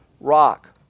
rock